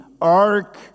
ark